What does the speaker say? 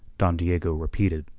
don diego repeated,